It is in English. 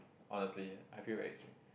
honestly I feel very extreme